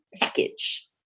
package